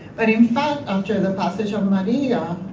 but, in fact, until the passage of maria,